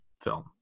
film